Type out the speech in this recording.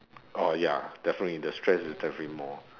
oh ya definitely the stress is definitely more